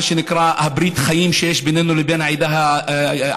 על מה שנקרא ברית החיים בינינו לבין העם היהודי,